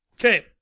Okay